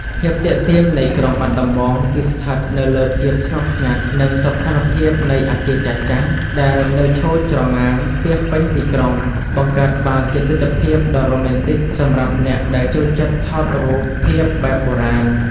ភាពទាក់ទាញនៃក្រុងបាត់ដំបងគឺស្ថិតនៅលើភាពស្ងប់ស្ងាត់ និងសោភ័ណភាពនៃអគារចាស់ៗដែលនៅឈរច្រងាងពាសពេញទីក្រុង បង្កើតបានជាទិដ្ឋភាពដ៏រ៉ូមែនទិកសម្រាប់អ្នកដែលចូលចិត្តថតរូបភាពបែបបុរាណ។